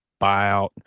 buyout